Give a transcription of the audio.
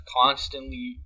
constantly